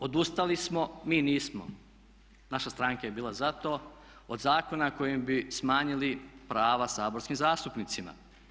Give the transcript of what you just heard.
Odustali smo, mi nismo, naša stranka je bila za to, od zakona kojim bi smanjili prava saborskim zastupnicima.